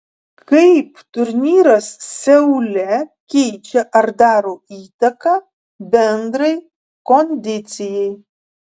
kaip turnyras seule keičia ar daro įtaką bendrai kondicijai